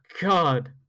God